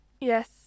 Yes